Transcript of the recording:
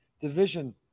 division